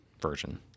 version